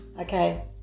Okay